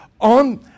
on